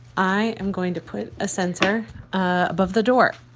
i am going to put a sensor above the door